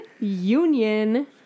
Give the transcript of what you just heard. union